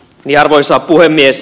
arvoisa puhemies